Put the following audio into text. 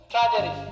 Tragedy